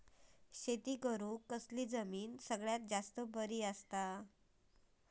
शेती करुक कसली जमीन सगळ्यात जास्त बरी असता?